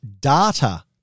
data